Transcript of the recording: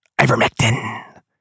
Ivermectin